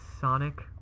Sonic